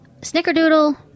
Snickerdoodle